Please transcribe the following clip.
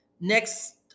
next